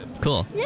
Cool